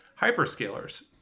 hyperscalers